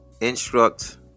instruct